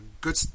good